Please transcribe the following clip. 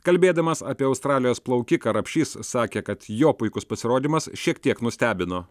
kalbėdamas apie australijos plaukiką rapšys sakė kad jo puikus pasirodymas šiek tiek nustebino